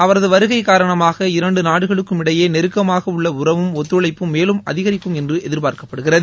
அவரது வருகை காரணமாக இரண்டு நாடுகளுக்கும் இடையே நெருக்கமாக உள்ள உறவும் ஒத்துழைப்பும் மேலும் அதிகரிக்கும் என்று எதிர்பார்க்கப்படுகிறது